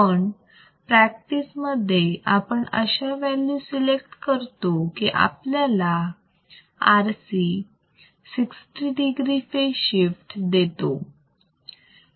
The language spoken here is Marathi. पण प्रॅक्टिस मध्ये आपण अशा व्हॅल्यू सिलेक्ट करतो की आपल्याला RC 60 degree फेज शिफ्ट देतो